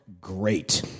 great